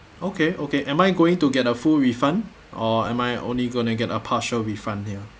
okay okay am I going to get a full refund or am I only going to get a partial refund here